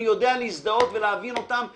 אני יודע להזדהות ולהבין אותם באמת,